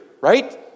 Right